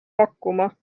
pakkuma